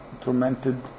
tormented